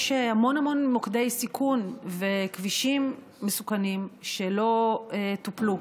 יש המון המון מוקדי סיכון וכבישים מסוכנים שלא טופלו.